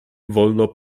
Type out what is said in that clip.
wolno